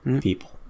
people